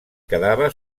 quedava